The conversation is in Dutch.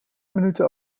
minuten